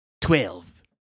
Twelve